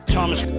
Thomas